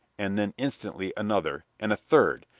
and then instantly another, and a third,